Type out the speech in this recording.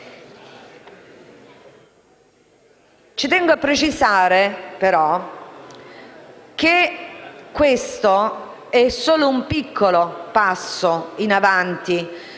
Ci tengo a precisare, tuttavia, che questo è solo un piccolo passo in avanti